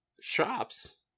shops